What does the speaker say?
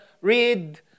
read